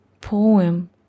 poem